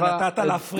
אתה נתת להפריע לי.